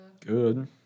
good